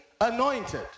anointed